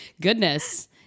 Goodness